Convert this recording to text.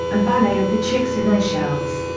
and ballet of the chicks in their shells.